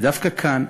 ודווקא כאן,